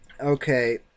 Okay